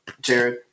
Jared